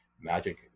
Magic